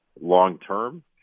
long-term